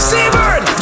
Seabird